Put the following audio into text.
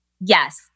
Yes